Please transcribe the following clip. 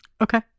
Okay